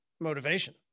motivation